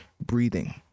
breathing